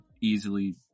easily